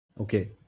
Okay